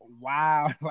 wow